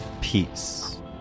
peace